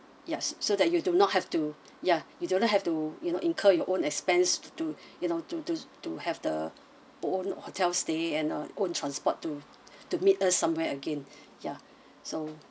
yes so that you do not have to ya you do not have to you know incur your own expense to you know to to to have the own hotel stay and uh own transport to to meet us somewhere again ya so